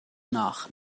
nach